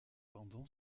pendant